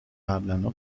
قبلاًها